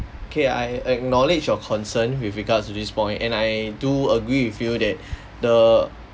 K I acknowledge your concern with regards to this point and I do agree with you that the